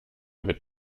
mit